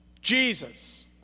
Jesus